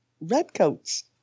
redcoats